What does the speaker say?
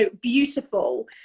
beautiful